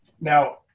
now